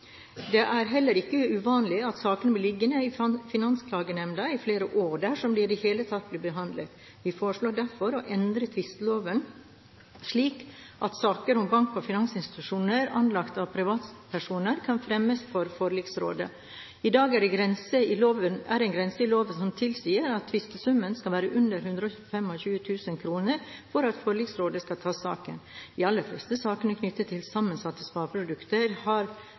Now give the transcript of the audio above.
Det er heller ikke uvanlig at saker blir liggende i Finansklagenemnda i flere år, dersom de i det hele tatt blir behandlet. Vi foreslår derfor å endre tvisteloven slik at saker mot bank- og finansinstitusjoner anlagt av privatpersoner kan fremmes for forliksrådet. I dag er det en grense i loven som tilsier at tvistesummen skal være under 125 000 kr for at forliksrådet kan ta saken. De aller fleste saker knyttet til sammensatte spareprodukter